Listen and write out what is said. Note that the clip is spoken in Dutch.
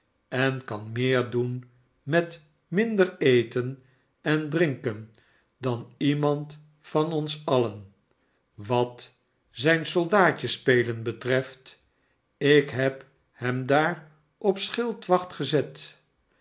en kan meer doen met minder eten en drinken dan iemand van ons alien wat zijn soldaatjespelen betreft ik heb hem daar op schildwacht gezet